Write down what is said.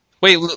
Wait